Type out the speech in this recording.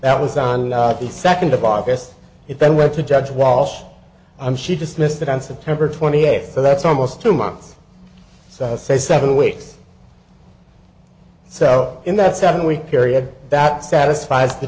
that was on the second of august it then went to judge walsh i'm she just missed it on september twenty eighth so that's almost two months so i say seven weeks so in that seven week period that satisfie